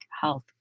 health